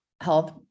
health